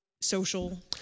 social